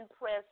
press